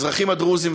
לאזרחים הדרוזים,